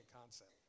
concept